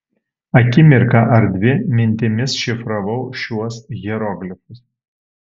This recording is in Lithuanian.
akimirką ar dvi mintimis šifravau šiuos hieroglifus